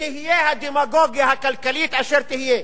תהיה הדמגוגיה הכלכלית אשר תהיה.